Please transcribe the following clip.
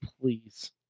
Please